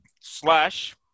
slash